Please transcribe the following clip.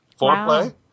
Foreplay